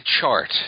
chart